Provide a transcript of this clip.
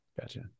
Gotcha